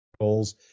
Goals